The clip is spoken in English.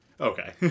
Okay